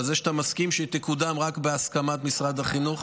אתה מסכים שהיא תקודם רק בהסכמת משרד החינוך?